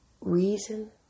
reason